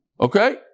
Okay